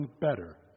better